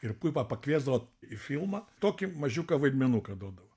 ir puipa pakviesdavo į filmą tokį mažiuką vaidmenuką duodavo